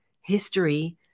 history